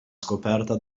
scoperta